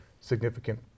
significant